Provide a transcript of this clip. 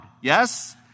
Yes